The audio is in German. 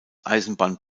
eisenbahn